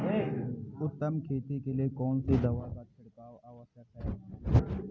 उत्तम खेती के लिए कौन सी दवा का छिड़काव आवश्यक है?